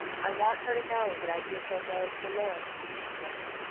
i want her to know that i give her love for love, she murmured.